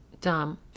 Dumb